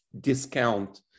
discount